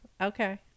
okay